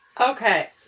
Okay